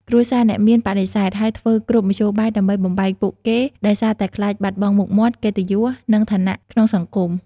គ្រួសារអ្នកមានបដិសេធ ហើយធ្វើគ្រប់មធ្យោបាយដើម្បីបំបែកពួកគេ ដោយសារតែខ្លាចបាត់បង់មុខមាត់ កិត្តិយស និងឋានៈក្នុងសង្គម។